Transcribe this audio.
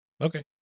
Okay